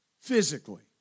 physically